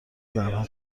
زنها